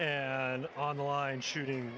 and online shooting